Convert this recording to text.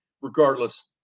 Regardless